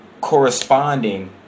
corresponding